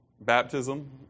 baptism